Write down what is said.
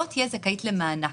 לא תהיה זכאית למענק.